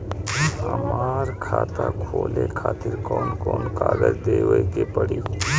हमार खाता खोले खातिर कौन कौन कागज देवे के पड़ी?